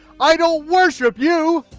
i don't worship you!